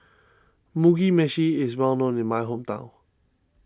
Mugi Meshi is well known in my hometown